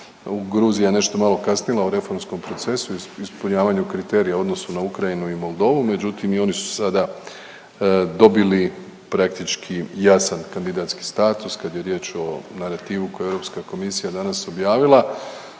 Gruzija je nešto malo kasnila u reformskom procesu i ispunjavanju kriterija u odnosu na Ukrajinu i Moldovu, međutim i oni su sada dobili praktički jasan kandidacijski status kad je riječ o narativu koji je Europska komisija danas objavila.